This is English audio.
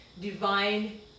divine